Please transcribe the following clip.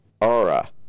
aura